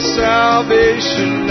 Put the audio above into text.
salvation